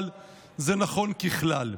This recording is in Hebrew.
אבל זה נכון ככלל.